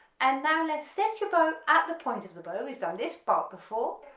and now let's set your bow at the point of the bow, we've done this part before,